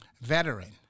Veteran